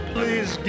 Please